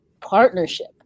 partnership